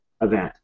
event